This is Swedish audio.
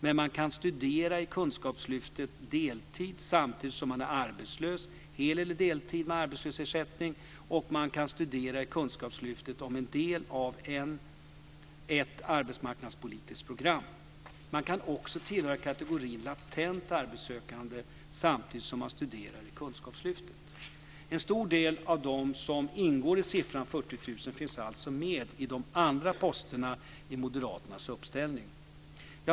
Men man kan studera i Kunskapslyftet deltid samtidigt som man är arbetslös hel eller deltid med arbetslöshetsersättning, och man kan studera i Kunskapslyftet som en del av ett arbetsmarknadspolitiskt program. Man kan också tillhöra kategorin latent arbetssökande samtidigt som man studerar i Kunskapslyftet. En stor del av dem som ingår i siffran 40 000 finns alltså med i de andra posterna i moderaternas uppställning.